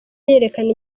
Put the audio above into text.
yerekana